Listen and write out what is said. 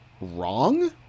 wrong